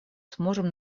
сможем